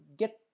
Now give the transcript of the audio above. get